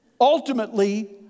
ultimately